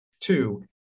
Two